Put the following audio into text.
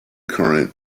current